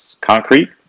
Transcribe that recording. concrete